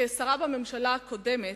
כשרה בממשלה הקודמת,